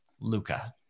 Luca